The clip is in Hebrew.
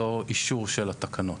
לא אישור של התקנות.